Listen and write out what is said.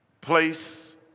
place